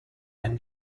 when